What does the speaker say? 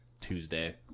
Tuesday